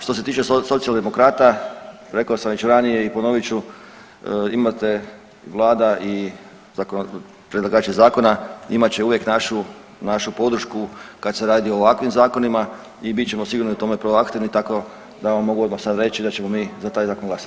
Što se tiče socijaldemokrata, rekao sam već ranije i ponovit ću, imate Vlada i predlagači zakona, imat će uvijek našu podršku kad se radi o ovakvim zakonima i bit ćemo sigurno u tome proaktivni tako da vam mogu odmah sad reći da ćemo mi za taj zakon glasati.